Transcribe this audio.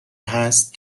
هست